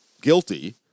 guilty